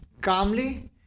calmly